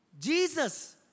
Jesus